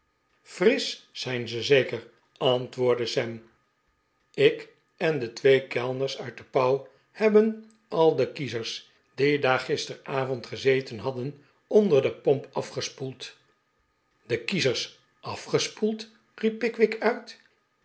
frisch zijn ze zeker antwoordde sam ik en de twee kellners uit de pauw hebben al de kiezers die daar gisteravond gegeten hadden onder de pomp afgespoeld de kiezers afgespoeld riep pickwick uit